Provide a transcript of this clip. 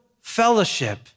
fellowship